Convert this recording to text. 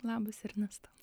labas ernesta